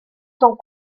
sont